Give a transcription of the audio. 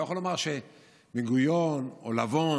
אני לא יכול לומר שבן-גוריון או לבון